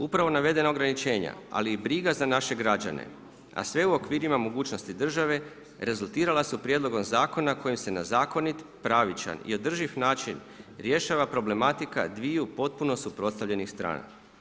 Upravo navedena ograničenja, ali i briga za naše građane, a sve u okvirima mogućnosti države rezultirala su prijedlogom zakona kojim se na zakonit, pravičan i održiv način rješava problematika dviju potpuno suprotstavljenih strana.